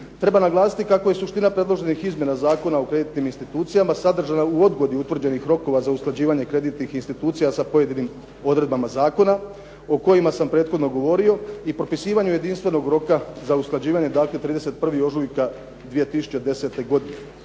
Treba naglasiti kako je suština predloženih izmjena Zakona o kreditnim institucijama sadržana u odgodi utvrđenih rokova za usklađivanje kreditnih institucija sa pojedinim odredbama zakona o kojima sam prethodno govorio i propisivanju jedinstvenog roka za usklađivanje dakle 31. ožujka 2010. godine.